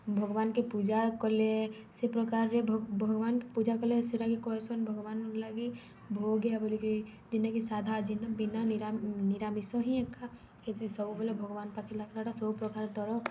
ଭଗବାନ୍କେ ପୂଜା କଲେ ସେ ପ୍ରକାର୍ରେ ଭଗବାନ୍କେ ପୂଜା କଲେ ସେଟାକେ କହେସନ୍ ଭଗବାନର୍ ଲାଗି ଭୋଗିଆ ବୋଲିକି ଯେନ୍ଟାକି ସାଧା ଜେନ୍ଟା ବିନା ନିରାମିଷ ହିଁ ଏକା ହେସି ସବୁବେଲେ ଭଗ୍ବାନ୍ ପାଖେ ଲାଗ୍ଲାଟା ସବୁ ପ୍ରକାର୍ ଦରବ୍